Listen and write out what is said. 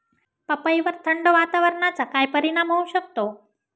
पपईवर थंड वातावरणाचा काय परिणाम होऊ शकतो?